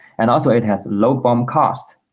and also it has low bom cost